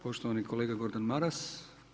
Poštovani kolega Gordan Maras.